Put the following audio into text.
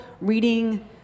reading